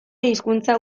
hizkuntza